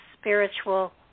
spiritual